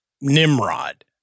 Nimrod